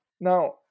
Now